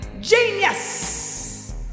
Genius